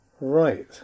Right